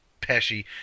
pesci